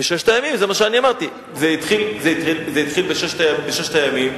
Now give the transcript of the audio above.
זה התחיל בששת-הימים,